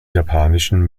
japanischen